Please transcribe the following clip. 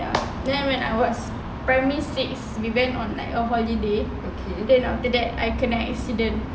then when I was primary six we went on a holiday then after that I kena accident